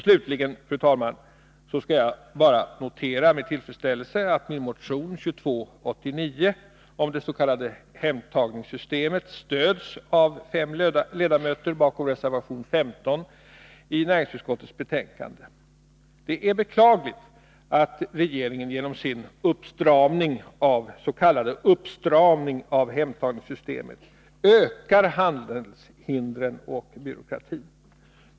Slutligen, fru talman, vill jag med tillfredsställelse notera att min motion nr 2289 om det s.k. hemtagningssystemet stöds av fem ledamöter som står bakom reservation 15 i näringsutskottets betänkande. Det är beklagligt att regeringen genom sin s.k. uppstramning av hemtagningssystemet ökar handelshindren och byråkratin.